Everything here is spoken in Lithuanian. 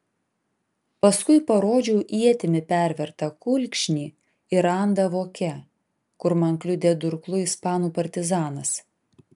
paskui parodžiau ietimi pervertą kulkšnį ir randą voke kur man kliudė durklu ispanų partizanas